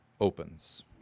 opens